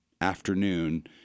afternoon